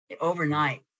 Overnight